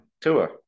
Tua